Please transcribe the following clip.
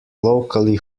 locally